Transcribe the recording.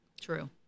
True